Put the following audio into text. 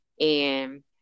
and-